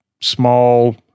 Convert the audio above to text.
small